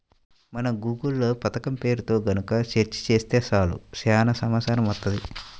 మనం గూగుల్ లో పథకం పేరుతో గనక సెర్చ్ చేత్తే చాలు చానా సమాచారం వత్తది